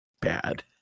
bad